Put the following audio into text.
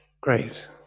great